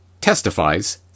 testifies